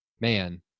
man